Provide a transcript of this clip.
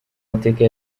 mateka